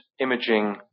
imaging